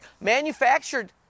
Manufactured